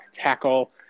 tackle